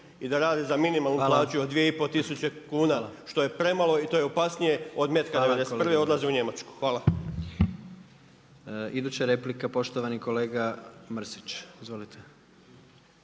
i da rade za minimalnu plaću od 2,5 tisuće kuna što je premalo i to je opasnije od metka '91. odlaze u Njemačku. Hvala.